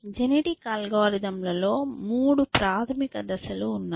genetic algorithm లలో 3 ప్రాథమిక దశలు ఉన్నాయి